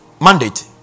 mandate